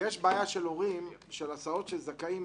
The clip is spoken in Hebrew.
- יש בעיה של הורים של הסעות שזכאים